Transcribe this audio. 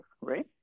right